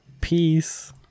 Peace